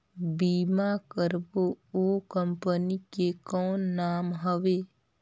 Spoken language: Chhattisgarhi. बीमा करबो ओ कंपनी के कौन नाम हवे?